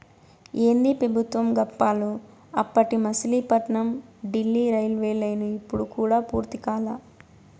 ఏందీ పెబుత్వం గప్పాలు, అప్పటి మసిలీపట్నం డీల్లీ రైల్వేలైను ఇప్పుడు కూడా పూర్తి కాలా